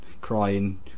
crying